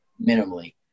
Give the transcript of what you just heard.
minimally